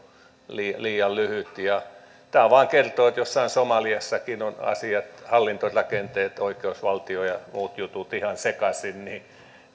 liian lyhyt tämä vain kertoo että jossain somaliassakin ovat asiat hallintorakenteet oikeusvaltio ja muut jutut ihan sekaisin